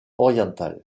oriental